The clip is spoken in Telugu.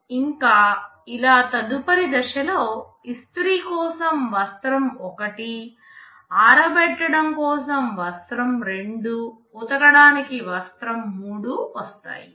ఇంకా ఇలా తదుపరి దశలో ఇస్త్రీ కోసం వస్త్రం 1 ఆరబెట్టడం కోసం వస్త్రం 2 ఉతకడానికి వస్త్రం 3 వస్తాయి